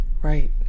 Right